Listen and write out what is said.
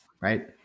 right